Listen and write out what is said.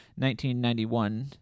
1991